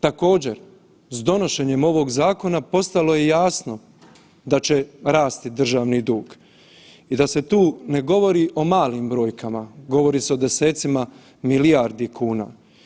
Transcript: Također, s donošenjem ovog zakona postalo je jasno da će rasti državni dug i da se tu ne govori o malim brojkama, govori se o desecima milijardi kuna.